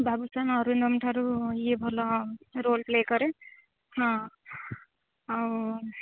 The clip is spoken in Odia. ବାବୁସାନ୍ ଅରିନ୍ଦମଠାରୁ ଇଏ ଭଲ ରୋଲ୍ ପ୍ଲେ' କରେ ହଁ ଆଉ